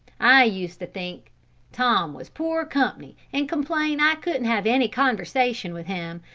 i used to think tom was poor comp'ny and complain i couldn't have any conversation with him,